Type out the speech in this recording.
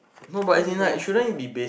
so he is a nice person